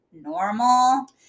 normal